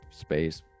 space